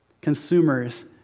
Consumers